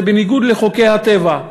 זה בניגוד לחוקי הטבע.